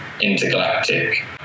intergalactic